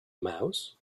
mouse